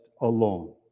alone